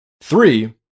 Three